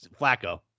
Flacco